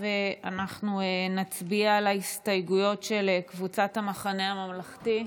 ואנחנו נצביע על ההסתייגויות של קבוצת סיעת המחנה הממלכתי,